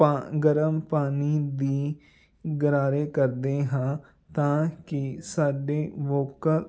ਪਾ ਗਰਮ ਪਾਣੀ ਦੀ ਗਰਾਰੇ ਕਰਦੇ ਹਾਂ ਤਾਂ ਕਿ ਸਾਡੇ ਵੋਕਲ